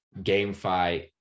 GameFi